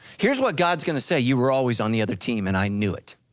here's what god's gonna say, you were always on the other team and i knew it.